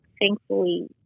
Thankfully